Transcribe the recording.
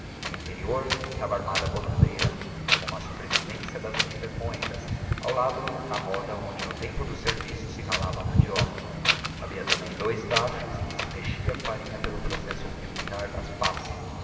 no interior estava armada a bolandeira como uma sobrevivência das antigas moendas e ao lado a roda onde no tempo do serviço se ralava a mandioca havia também dois tachos em que se mexia a farinha pelo processo rudimentar das pás